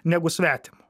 negu svetimu